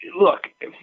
look